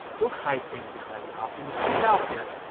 don't hide things behind an opt in, just get it out there.